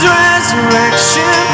resurrection